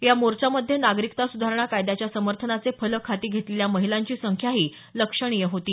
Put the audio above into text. या मोर्चामध्ये नागरिकता सुधारणा कायद्याच्या समर्थनाचे फलक हाती घेतलेल्या महिलांची संख्याही लक्षणीय होती